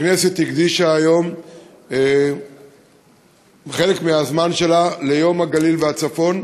הכנסת הקדישה היום חלק מהזמן שלה ליום הגליל והצפון.